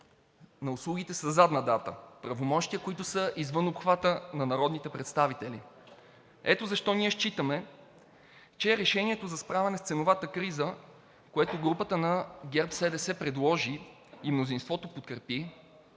на услугите със задна дата – правомощия, които са извън обхвата на народните представители. Ето защо ние считаме, че Решението за справяне с ценовата криза, което групата на ГЕРБ-СДС предложи и мнозинството подкрепи,